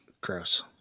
Gross